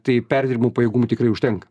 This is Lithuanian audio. tai tai perdirbimo pajėgumų tikrai užtenka